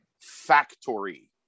factory